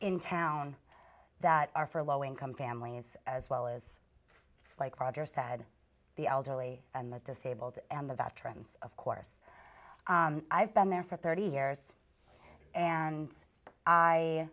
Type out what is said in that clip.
in town that are for low income families as well as like roger said the elderly and the disabled and the trends of course i've been there for thirty years and i